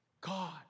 God